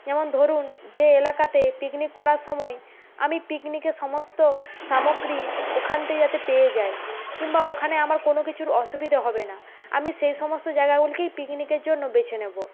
যেমন ধরুন যে এলাকাতে পিকনিক করার সময় আমি পিকনিকের সমস্ত সামগ্রী ওখান থেকে যাতে পেয়ে যাই কিংবা ওখানে আমার কোনো কিছুর অসুবিধে হবে না আমি সেই সমস্ত জায়গাগুলিকেই পিকনিকের জন্য বেছে নেব